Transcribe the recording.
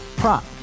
prop